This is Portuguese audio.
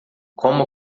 coma